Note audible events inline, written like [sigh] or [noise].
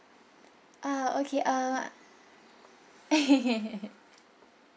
uh okay uh [laughs]